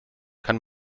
kann